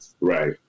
Right